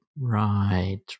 right